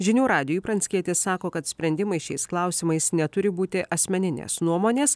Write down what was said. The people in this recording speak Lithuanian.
žinių radijui pranckietis sako kad sprendimai šiais klausimais neturi būti asmeninės nuomonės